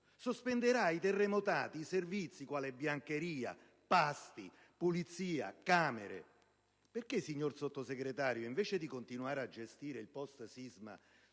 sospenderà ai terremotati i servizi quali biancheria, pasti, pulizia, camere. Per quale motivo, signor Sottosegretario, invece di continuare a gestire il post-sisma